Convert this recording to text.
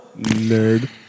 Nerd